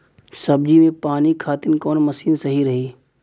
सब्जी में पानी खातिन कवन मशीन सही रही?